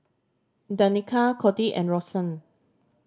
Danika Codi and Rosann